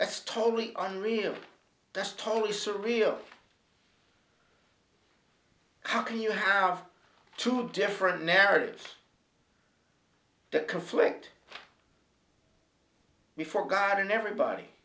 that's totally unreal that's totally surreal how can you have two different narratives that conflict before god and everybody